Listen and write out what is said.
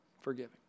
forgiving